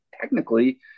technically